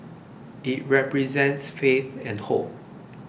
it represents faith and hope